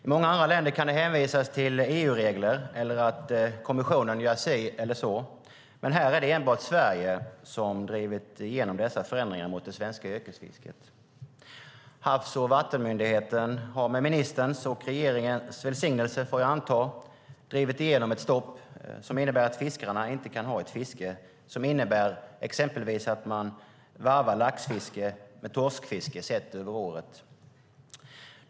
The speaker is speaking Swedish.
I många EU-länder kan det hänvisas till EU-regler eller till att kommissionen gör si eller så. Men här är det enbart Sverige som har drivit igenom dessa förändringar mot det svenska yrkesfisket. Havs och vattenmyndigheten har, med ministerns och regeringens välsignelse, får jag anta, drivit igenom ett stopp som gör att fiskarna inte kan ha ett fiske som innebär exempelvis att de varvar laxfiske med torskfiske sett över året.